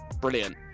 brilliant